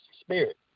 spirit